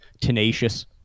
Tenacious